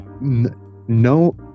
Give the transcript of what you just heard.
no